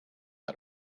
out